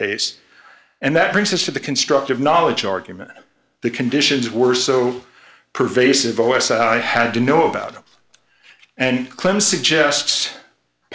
case and that brings us to the constructive knowledge argument the conditions were so pervasive o s i had to know about them and clinton suggests